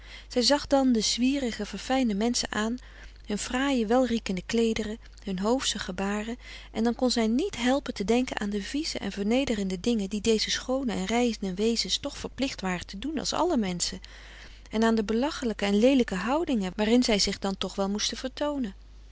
zij zag dan de zwierige verfijnde menschen aan hun fraaie welriekende kleederen hun hoofsche gebaren en dan kon zij niet helpen te denken aan de vieze en vernederende dingen die deze schoone en reine wezens toch verplicht waren te doen als alle menschen en aan de belachelijke en leelijke houdingen waarin zij zich dan toch wel moesten vertoonen